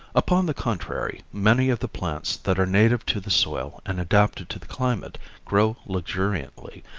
upon the contrary many of the plants that are native to the soil and adapted to the climate grow luxuriantly,